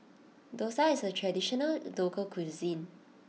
Dosa is a traditional local cuisine